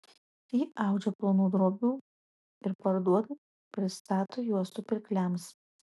ji audžia plonų drobių ir parduoda pristato juostų pirkliams